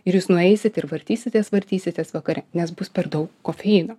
ir jūs nueisit ir vartysitės vartysitės vakare nes bus per daug kofeino